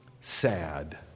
sad